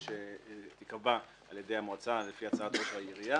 שתיקבע על ידי המועצה לפי הצעת ראש העירייה